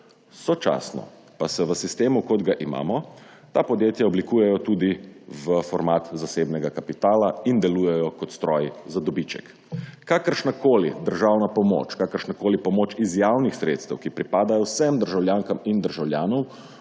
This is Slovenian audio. Sočasno pa se v sistemu kot ta imamo ta podjetja oblikujejo tudi v format zasebnega kapitala in delujejo kot stroji za dobiček. Kakršnakoli državna pomoč, kakršnakoli pomoč iz javnih sredstev, ki pripada vsem državljankam in državljanom,